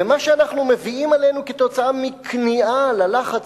ומה שאנחנו מביאים עלינו כתוצאה מכניעה ללחץ